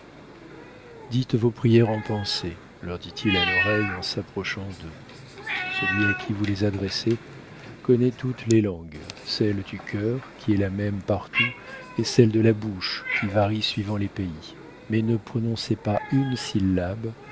dites vos prières en pensées leur dit-il à l'oreille en s'approchant d'eux celui à qui vous les adressez connaît toutes les langues celle du cœur qui est la même partout et celles de la bouche qui varient suivant les pays mais ne prononcez pas une syllabe